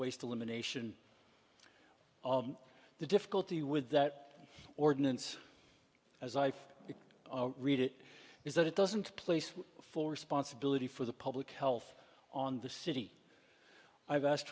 waste elimination the difficulty with that ordinance as i read it is that it doesn't place full responsibility for the public health on the city i've asked